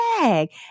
bag